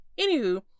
Anywho